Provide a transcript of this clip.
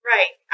Right